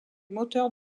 moteurs